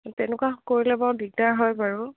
তেনেকুৱা কৰিলে বাৰু দিগদাৰ হয় বাৰু